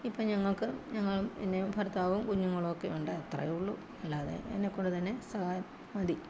ഇപ്പം ഞങ്ങൾക്ക് ഞങ്ങളും ഭർത്താവും കുഞ്ഞുങ്ങളുമൊക്കെയുണ്ട് അത്രയേയുള്ളു അല്ലാതെ എന്നെകൊണ്ടുതന്നെ സഹായം മതി